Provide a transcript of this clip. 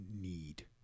need